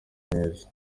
myiza